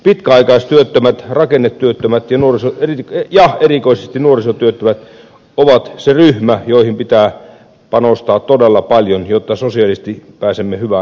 pitkäaikaistyöttömät rakennetyöttömät ja erikoisesti nuorisotyöttömät ovat se ryhmä joihin pitää panostaa todella paljon jotta sosiaalisesti pääsemme hyvään ratkaisuun